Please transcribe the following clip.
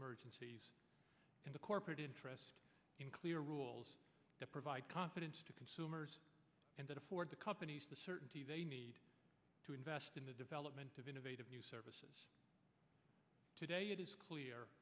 emergencies in the corporate interest in clear rules to provide confidence to consumers and afford the companies the certainty they need to invest in the development of innovative new services today it is clear